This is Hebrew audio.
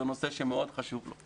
זה נושא שמאוד חשוב לו.